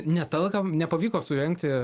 net talką nepavyko surengti